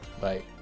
Bye